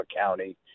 County